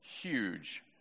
huge